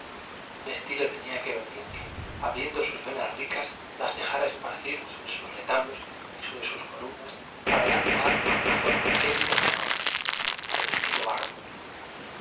estilo tenía que venir que abriendo sus venas ricas las dejara es parcir sobre sus retablos y sobre sus co lumnas para dar lugar a una forma ébria de adornos el estilo barroco